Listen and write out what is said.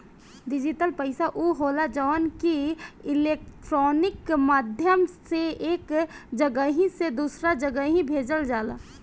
digital पईसा उ होला जवन की इलेक्ट्रोनिक माध्यम से एक जगही से दूसरा जगही भेजल जाला